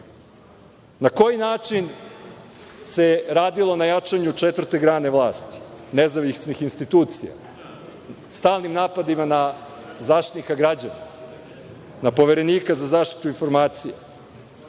koji način se radilo na jačanju četvrte grane vlasti nezavisnih institucija? Stalnim napadima na Zaštitnika građana, na poverenika za zaštitu informacija?